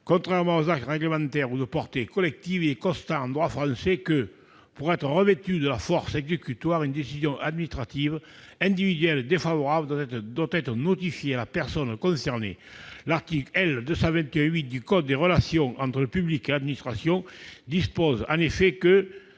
pour les actes réglementaires ou de portée collective, il est constant, en droit français, que, pour être revêtue de la force exécutoire, une décision administrative individuelle défavorable doit être notifiée à la personne concernée. En effet, aux termes de l'article L. 221-8 du code des relations entre le public et l'administration, « sauf